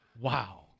Wow